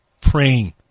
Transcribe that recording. praying